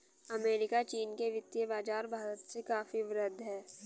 America चीन के वित्तीय बाज़ार भारत से काफी वृहद हैं